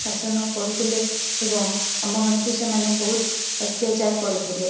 ଶାସନ କରୁଥିଲେ ଏବଂ ଆମମାନଙ୍କୁ ସେମାନେ ବହୁତ ଅତ୍ୟାଚାର କରୁଥିଲେ